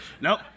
no